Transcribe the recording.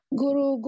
Guru